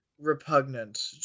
repugnant